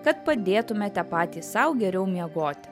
kad padėtumėte patys sau geriau miegoti